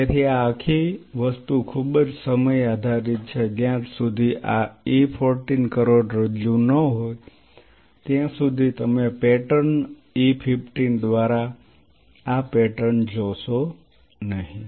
તેથી આ આખી વસ્તુ ખૂબ જ સમય આધારિત છે જ્યાં સુધી આ E 14 કરોડરજ્જુ ન હોય ત્યાં સુધી તમે પેટર્ન E 15 દ્વારા આ પેટર્ન જોશો નહીં